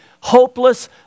hopeless